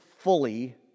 Fully